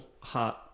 heart